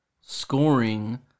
scoring